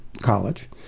College